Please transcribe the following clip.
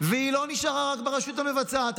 והיא לא נשארה רק ברשות המבצעת.